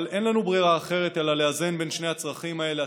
אבל אין לנו ברירה אחרת אלא לאזן בין שני הצרכים האלה,